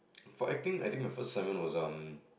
for acting I think my first assignment was um